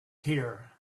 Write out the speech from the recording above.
here